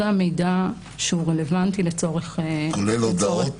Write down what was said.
זה המידע הרלוונטי לצורך --- כולל הודעות?